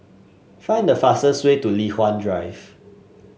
find the fastest way to Li Hwan Drive